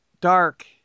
dark